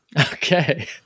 Okay